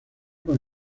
con